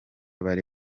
bari